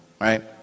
right